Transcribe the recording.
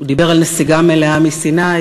הוא דיבר על נסיגה מלאה מסיני,